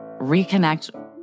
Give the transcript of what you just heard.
reconnect